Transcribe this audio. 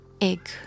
egg